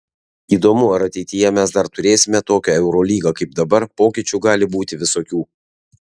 įdomu ar ateityje mes dar turėsime tokią eurolygą kaip dabar pokyčių gali būti visokių